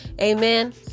Amen